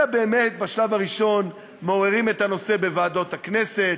אלא בשלב הראשון מעוררים את הנושא בוועדות הכנסת,